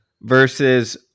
versus